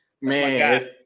Man